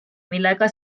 millega